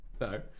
No